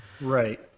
Right